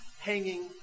Hanging